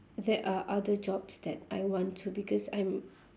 there are other jobs that I want to because I'm